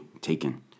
taken